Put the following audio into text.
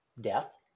death